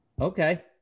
Okay